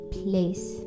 place